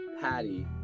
patty